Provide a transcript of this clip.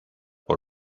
por